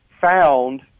found